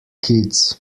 kids